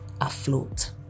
afloat